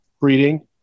breeding